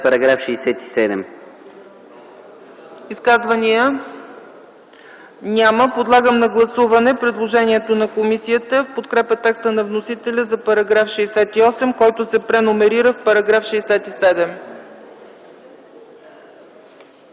ЦАЧЕВА: Изказвания? Няма. Подлагам на гласуване предложението на комисията в подкрепа текста на вносителя за § 68, който се преномерира в § 67.